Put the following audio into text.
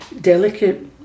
delicate